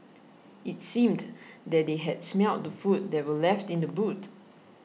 it seemed that they had smelt the food that were left in the boot